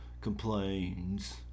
complains